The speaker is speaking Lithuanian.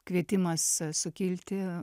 kvietimas a sukilti